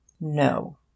No